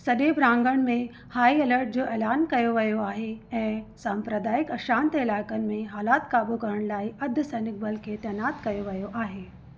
सॼे प्रांॻण में हाई अलर्ट जो ऐलान कयो वियो आहे ऐं सांप्रदायिक अशांत इलाइक़नि में हालात क़ाबू करण लाइ अधु सैनिक बल खे तैनात कयो वियो आहे